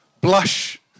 blush